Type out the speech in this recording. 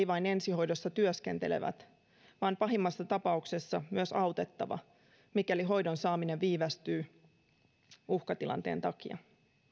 vain ensihoidossa työskentelevät vaan pahimmassa tapauksessa myös autettava mikäli hoidon saaminen viivästyy uhkatilanteen takia